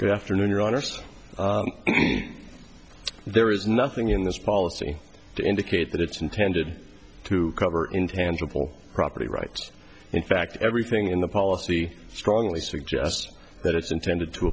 good afternoon your honour's there is nothing in this policy to indicate that it's intended to cover intangible property rights in fact everything in the policy strongly suggests that it's intended to